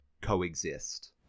coexist